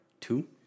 Two